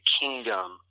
kingdom